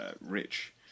rich